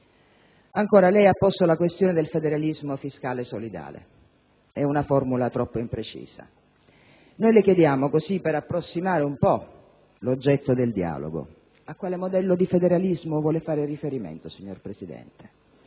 Ancora, lei ha posto la questione del federalismo fiscale solidale: è una formula troppo imprecisa. Noi le chiediamo, per approssimare un po' l'oggetto del dialogo, a quale modello di federalismo vuole fare riferimento, signor Presidente?